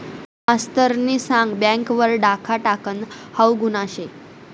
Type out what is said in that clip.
मास्तरनी सांग बँक वर डाखा टाकनं हाऊ गुन्हा शे